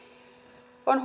on